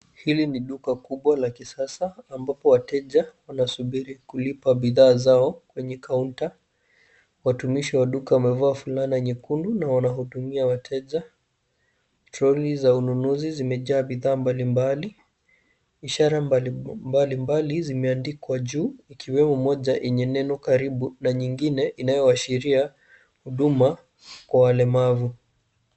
Hili ni duka kubwa la kisasa ambapo wateja wanasubiri kulipa bidhaa zao kwenye kaunta. Watumishi wa duka wamevaa fulana nyekundu na wanahudumia wateja. Troli za ununuzi zimejaa bidhaa mbalimbali, ishara mbalimbali zimeandikwa juu ikiwemo moja yenye neno karibu na nyingine inayowashiria huduma kwa walemavu.